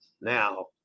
Now